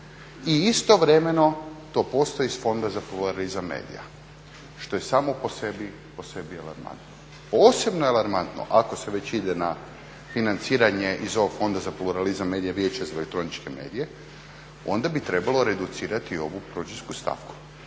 i istovremeno to postoji iz Fonda za pluralizam medija, što je samo po sebi alarmantno. Posebno alarmantno ako se već ide na financiranje iz ovog Fonda za pluralizam medija Vijeća za elektroničke medije onda bi trebalo reducirati ovu … stavku.